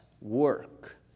work